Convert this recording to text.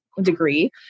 degree